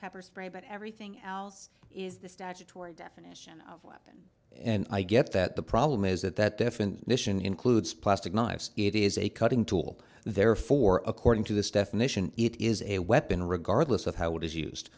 pepper spray but everything else is the statutory definition of weapon and i get that the problem is that that definition includes plastic knives it is a cutting tool and therefore according to this definition it is a weapon regardless of how it is used